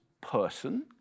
person